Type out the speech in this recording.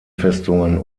festungen